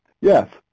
Yes